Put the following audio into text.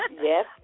Yes